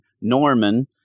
Norman